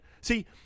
See